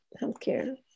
Healthcare